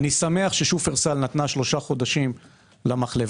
אני שמח ששופרסל נתנה שלושה חודשים למחלבה.